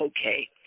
Okay